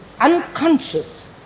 unconscious